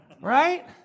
right